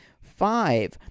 Five